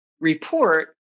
report